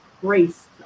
grace